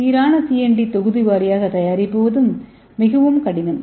சீரான சிஎன்டி தொகுதி வாரியாக தயாரிப்பதும் மிகவும் கடினம்